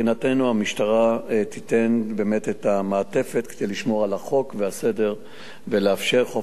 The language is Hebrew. המשטרה תיתן את המעטפת כדי לשמור על החוק והסדר ולאפשר חופש מחאה,